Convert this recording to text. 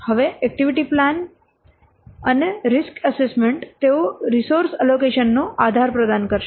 હવે activity plan અને risk assessment તેઓ રિસોર્સ એલોકેશન નો આધાર પ્રદાન કરશે